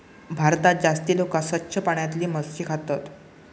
भारतात जास्ती लोका स्वच्छ पाण्यातली मच्छी खातत